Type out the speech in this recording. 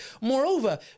Moreover